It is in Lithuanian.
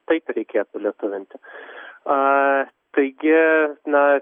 taip reikėtų lietuvinti a taigi na